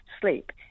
sleep